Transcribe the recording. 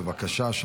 בבקשה,